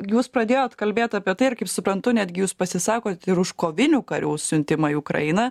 jūs pradėjot kalbėt apie tai ir kaip suprantu netgi jūs pasisakot ir už kovinių karių siuntimą į ukrainą